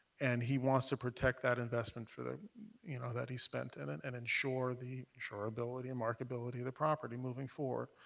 and he wants to protect that investment for the you know, that he spent in it and ensure the insurability, and marketability of the property moving forward.